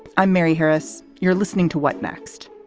i'm mary harris. you're listening to what next.